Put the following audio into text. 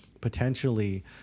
Potentially